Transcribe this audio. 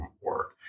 work